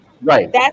Right